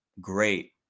great